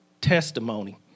testimony